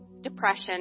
depression